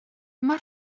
mae